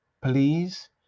please